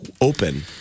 open